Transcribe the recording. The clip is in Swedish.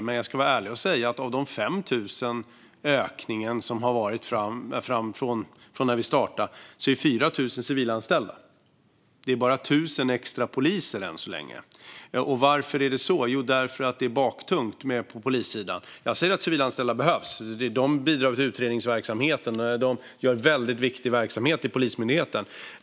Men jag ska vara ärlig och säga att av ökningen med 5 000 sedan vi startade är 4 000 civilanställda. Det är bara 1 000 extra poliser än så länge. Och varför är det så? Jo, därför att det är baktungt på polissidan. De civilanställda behövs. De bidrar i utredningsverksamheten och har en väldigt viktig verksamhet i Polismyndigheten.